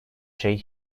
şey